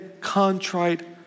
contrite